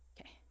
okay